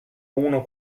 uno